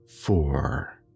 four